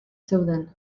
zeuden